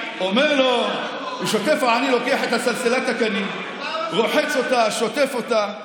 העני לוקח את סלסילת הקנים, רוחץ אותה, שוטף אותה,